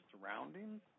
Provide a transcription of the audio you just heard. surroundings